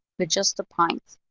with just the points.